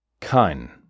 kein